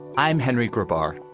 i'm henry grobart.